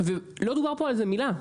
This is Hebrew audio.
גם לי יש כמה שאלות.